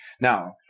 Now